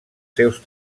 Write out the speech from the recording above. seus